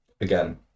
again